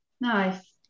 Nice